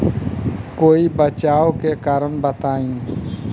कोई बचाव के कारण बताई?